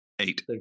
eight